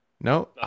No